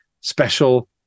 special